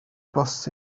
bws